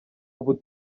ubu